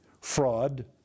fraud